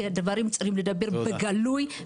הדברים צריכים לדבר בגלוי,